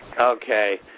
Okay